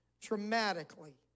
dramatically